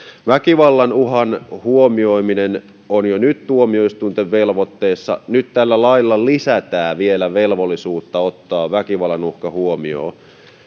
väkivallan uhan huomioiminen on jo nyt tuomioistuinten velvoitteessa nyt tällä lailla lisätään vielä velvollisuutta ottaa väkivallan uhka huomioon